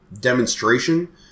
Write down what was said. demonstration